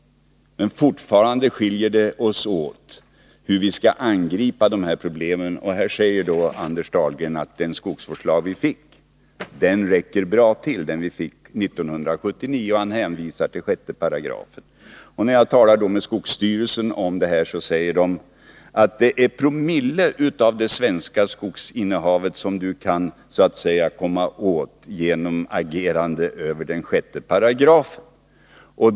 Men fortfarande skiljer vi oss åt när det gäller hur vi skall angripa dessa problem. Anders Dahlgren säger här att den skogsvårdslag som vi fick 1979 räcker bra, och han hänvisar till 6 §. När jag talar med tjänstemän på skogsstyrelsen om detta säger de att det inte är mer än någon promille av det svenska skogsinnehavet som man så att säga kan komma åt genom agerande med hjälp av 6 §.